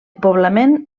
poblament